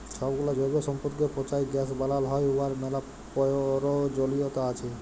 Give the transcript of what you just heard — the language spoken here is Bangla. ছবগুলা জৈব সম্পদকে পঁচায় গ্যাস বালাল হ্যয় উয়ার ম্যালা পরয়োজলিয়তা আছে